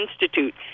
Institute